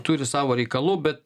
turi savo reikalų bet